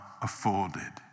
afforded